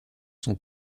sont